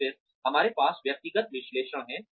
और फिर हमारे पास व्यक्तिगत विश्लेषण है